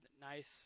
nice